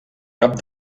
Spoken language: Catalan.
cap